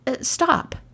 stop